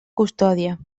custòdia